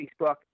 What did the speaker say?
facebook